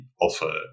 offer